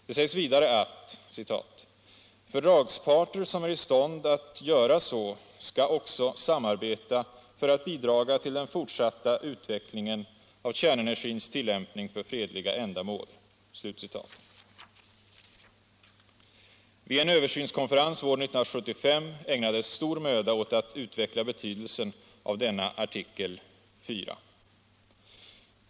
Det sägs vidare att ”fördragsparter som är i stånd att göra så skall också samarbeta för att ——— bidraga till den fortsatta utvecklingen av kärnenergins tillämpning för fredliga ändamål”. Vid en översynskonferens våren 1975 ägnades stor möda åt att utveckla betydelsen av denna artikel IV.